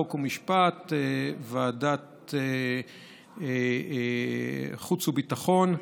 חוק ומשפט וועדת החוץ והביטחון.